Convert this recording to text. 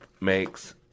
makes